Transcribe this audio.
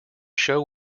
show